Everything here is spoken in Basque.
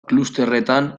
klusterretan